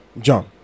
John